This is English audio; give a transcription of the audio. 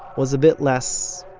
was a bit less,